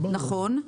נכון.